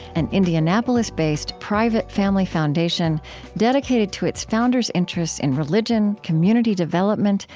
an indianapolis-based, private family foundation dedicated to its founders' interests in religion, community development,